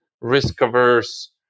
risk-averse